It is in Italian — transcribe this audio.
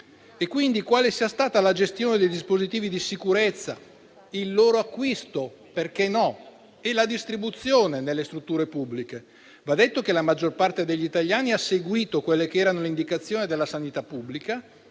inefficaci; quale sia stata la gestione dei dispositivi di sicurezza, il loro acquisto - perché no? - e la distribuzione delle strutture pubbliche. Va detto che la maggior parte degli italiani ha seguito le indicazioni della sanità pubblica,